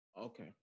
Okay